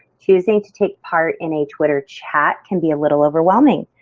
choosing to take part in a twitter chat can be a little overwhelming.